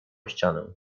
ścianę